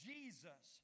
Jesus